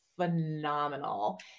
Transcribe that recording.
phenomenal